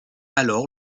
alors